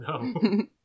no